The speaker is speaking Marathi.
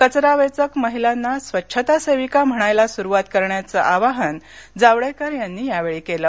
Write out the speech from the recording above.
कचरावेचक महिलांना स्वच्छता सेविका म्हणायला सुरुवात करण्याचं आवाहन जावडेकर यांनी यावेळी केलं